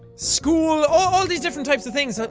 school. all of these different types of things. like